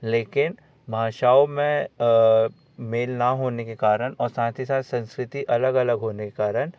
लेकिन भाषाओं में मेल न होने के करण और साथ ही साथ संस्कृति अलग अलग होने के कारण